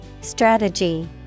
Strategy